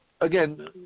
again